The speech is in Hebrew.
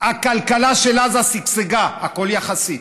הכלכלה של עזה שגשגה, הכול יחסית,